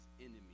enemy